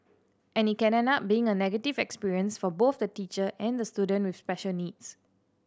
and it can end up being a negative experience for both the teacher and the student with special needs